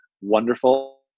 wonderful